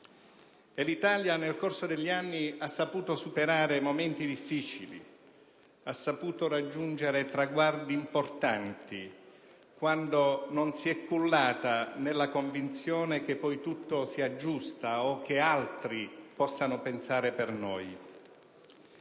E l'Italia, nel corso degli anni, ha saputo superare momenti difficili; ha saputo raggiungere traguardi importanti quando non si è cullata nella convinzione che poi tutto si aggiusta o che altri possano pensare per noi.